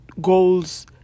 goals